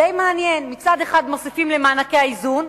די מעניין, מצד אחד מוסיפים למענקי האיזון,